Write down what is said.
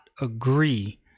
agree